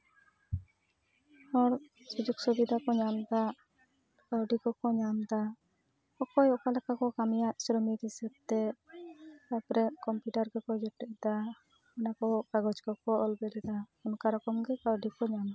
ᱦᱚᱲ ᱥᱩᱡᱳᱜᱽ ᱥᱩᱵᱤᱫᱟ ᱠᱚ ᱧᱟᱢᱫᱟ ᱠᱟᱹᱣᱰᱤ ᱠᱚᱠᱚ ᱧᱟᱢᱫᱟ ᱚᱠᱚᱭ ᱚᱠᱟᱞᱮᱠᱟ ᱠᱚ ᱠᱟᱹᱢᱤᱭᱟ ᱥᱨᱚᱢᱤᱠ ᱦᱤᱥᱟᱹᱵᱛᱮ ᱛᱟᱯᱚᱨᱮ ᱠᱚᱢᱯᱤᱭᱩᱴᱟᱨ ᱠᱚᱠᱚ ᱡᱚᱴᱮᱫ ᱮᱫᱟ ᱚᱱᱟ ᱠᱚ ᱠᱟᱜᱚᱡ ᱠᱚᱠᱚ ᱚᱞ ᱵᱤᱞᱮᱫᱟ ᱚᱱᱠᱟ ᱨᱚᱠᱚᱢ ᱜᱮ ᱠᱟᱹᱣᱰᱤ ᱠᱚ ᱧᱟᱢᱟ